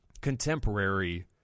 contemporary